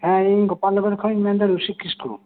ᱦᱮᱸ ᱤᱧ ᱜᱳᱯᱟᱞᱱᱚᱜᱚᱨ ᱠᱷᱚᱡ ᱤᱧ ᱞᱟᱹᱭ ᱮᱫᱟ ᱨᱩᱥᱤᱠ ᱠᱤᱥᱠᱩ